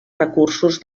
recursos